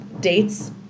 dates